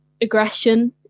aggression